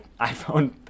iPhone